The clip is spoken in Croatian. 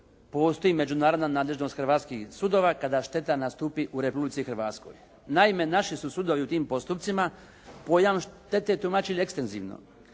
postoji međunarodna nadležnost hrvatskih sudova, kada šteta nastupi u Republici Hrvatskoj. Naime, naši su sudovi u tim postupcima pojam štete tumačili ekstenzivno